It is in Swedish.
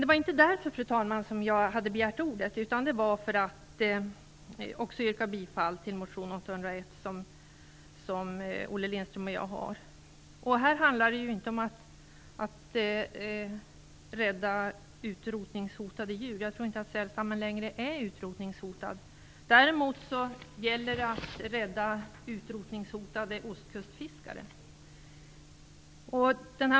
Det var inte bara med anledning av detta som jag begärde ordet utan också för att yrka bifall till Motion Jo801, som Olle Lindström och jag har väckt. Här handlar det inte om att rädda utrotningshotade djur, och jag tror inte att sälstammen är utrotningshotad längre. Däremot gäller det att rädda utrotningshotade ostkustfiskare.